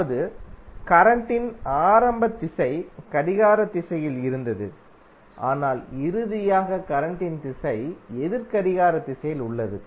அதாவது கரண்ட்டின் ஆரம்ப திசை கடிகார திசையில் இருந்தது ஆனால் இறுதியாக கரண்ட்டின் திசை எதிர்கடிகார திசையில் உள்ளது